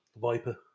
Viper